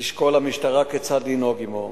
תשקול המשטרה כיצד לנהוג עמו,